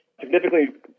significantly